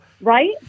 right